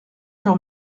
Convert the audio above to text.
sur